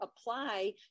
apply